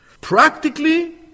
Practically